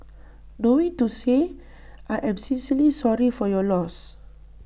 knowing to say I am sincerely sorry for your loss